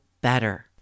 better